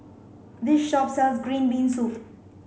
this shop sells green bean soup